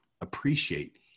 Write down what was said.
appreciate